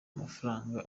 amafaranga